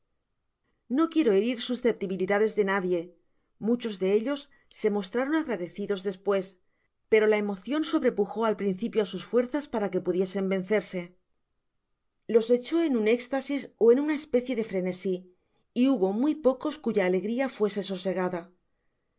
no quiero herir susceptibilidades de nadie muchos de ellos se mostraron agradecidos despnes pero la emocion sobrepujó al principio á sus fuerzas para que pudiesen vencerse los echó en un éxtasis ó en una especie de frenesi y hubo muy pocos cuya alegria fuese so